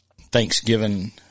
Thanksgiving